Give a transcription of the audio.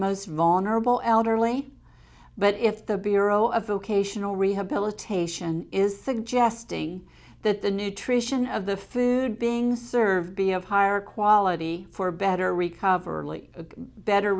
most vulnerable elderly but if the bureau of vocational rehabilitation is suggesting that the nutrition of the food being served be of higher quality for better recover a better